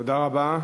תודה רבה.